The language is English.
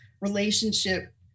relationship